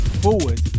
forward